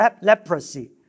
leprosy